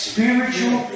Spiritual